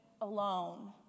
alone